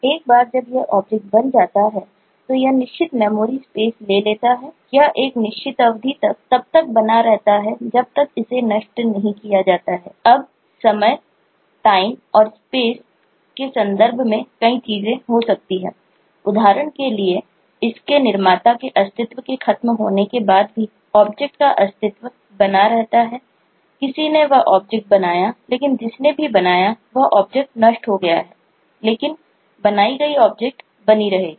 एक बार जब यह ऑब्जेक्ट है कि यह ऑब्जेक्ट कब तक बना रहेगा